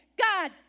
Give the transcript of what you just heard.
god